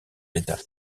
états